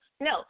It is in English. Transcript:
No